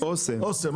אוסם,